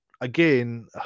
Again